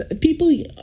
People